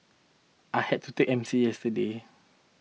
I had to take M C yesterday